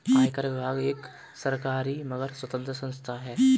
आयकर विभाग एक सरकारी मगर स्वतंत्र संस्था है